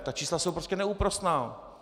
Ta čísla jsou prostě neúprosná.